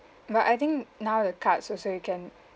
but I think now the cards also you can